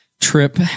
trip